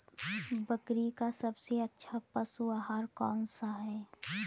बकरी का सबसे अच्छा पशु आहार कौन सा है?